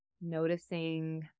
Noticing